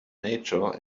nature